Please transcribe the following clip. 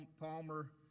Palmer